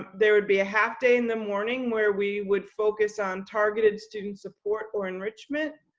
there would be a half day in the morning where we would focus on targeted student support or enrichment,